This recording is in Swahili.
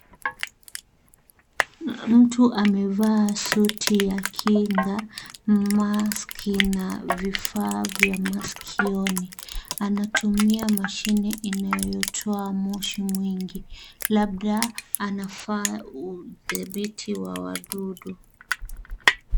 Mtu amevaa suti ya kinga, maski na vifaa vya masikioni. Anatumia mashine inayotoa moshi mwingi, labda anafanya udhibiti wa wadudu.